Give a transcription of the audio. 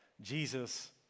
Jesus